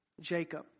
Jacob